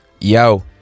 yo